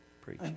preach